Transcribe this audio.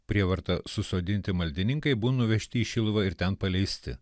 prievarta susodinti maldininkai bu nuvežti į šiluvą ir ten paleisti